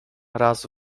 raz